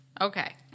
Okay